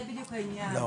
זה בדיוק העניין,